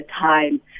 time